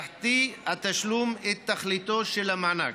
יחטיא התשלום את תכליתו של המענק: